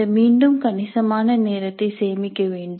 இந்த மீண்டும் கணிசமான நேரத்தை சேமிக்க வேண்டும்